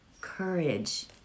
courage